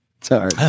Sorry